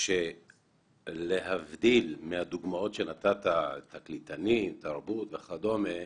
להבדיל מהדוגמאות שנתת מהתרבות וכדומה,